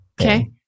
Okay